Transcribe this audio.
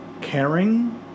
caring